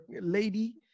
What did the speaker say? lady